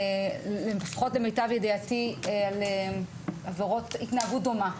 למיטב ידיעתי על התנהגות אלימה.